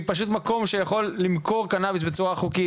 מקום שפשוט יכול למכור קנאביס בצורה חוקית,